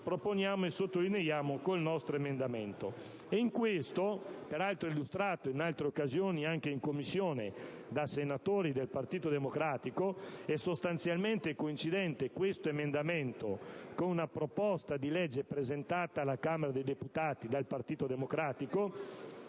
proponiamo e sottolineiamo con il nostro emendamento, peraltro illustrato in altre occasioni, anche in Commissione, da senatori del Partito Democratico, e sostanzialmente coincidente con una proposta di legge presentata alla Camera dei deputati dal Partito Democratico,